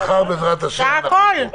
אפשר הכול.